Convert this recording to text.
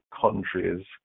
countries